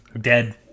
dead